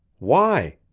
why?